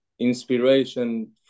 inspiration